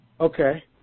okay